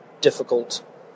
difficult